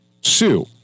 Sue